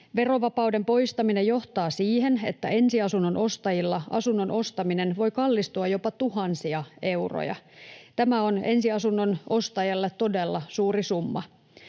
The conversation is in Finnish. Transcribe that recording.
Verovapauden poistaminen johtaa siihen, että ensiasunnon ostajilla asunnon ostaminen voi kallistua jopa tuhansia euroja. Tämä on ensiasunnon ostajalle todella suuri summa.